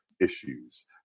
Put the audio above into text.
issues